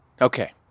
Okay